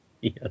Yes